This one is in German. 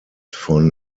von